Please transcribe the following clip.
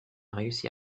réussi